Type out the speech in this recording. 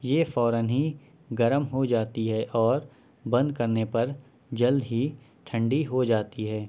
یہ فورآٓ ہی گرم ہو جاتی ہے اور بند کرنے پر جلد ہی ٹھنڈی ہو جاتی ہے